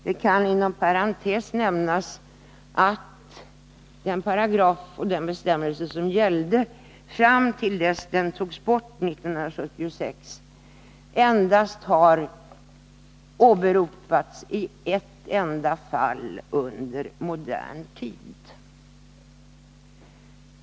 Det kan inom parentes nämnas att fram till dess att den bestämmelse som gällde togs bort hade den endast åberopats i ett enda fall under modern tid.